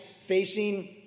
facing